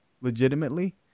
legitimately